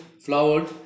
flowered